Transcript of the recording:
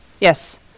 yes